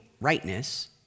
rightness